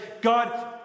God